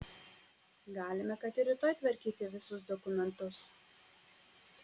galime kad ir rytoj tvarkyti visus dokumentus